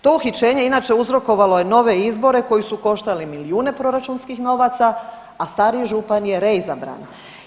To uhićenje inače uzrokovalo je nove izbore koji su koštali milijune proračunskih novaca, a stariji župan je reizabran.